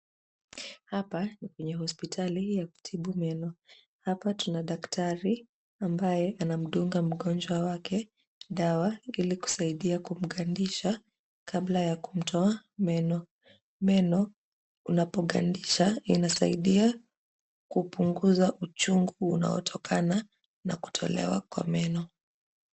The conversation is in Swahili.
Hapa ni kwenye hospitali ya kutibu meno. Hapa tuna daktari ambaye anamdunga mgonjwa wake dawa ili kusaidia kumgandisha kabla ya kumtoa meno. Meno unapogandisha inasaidia kupunguza uchungu unaotokana na kutolewa kwa meno.